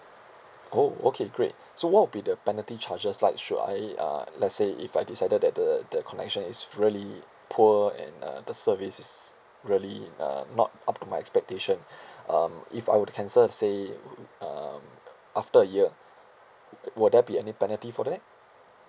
oh okay great so what would be the penalty charges like should I uh let's say if I decided that the the connection is really poor and uh the service is really uh not up to my expectation um if I were to cancel say um after a year will there be any penalty for that